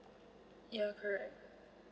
ya correct